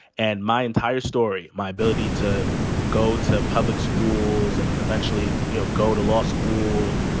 and my entire story, my ability to go to public schools and eventually you know, go to law school,